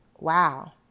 Wow